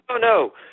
No